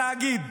התאגיד,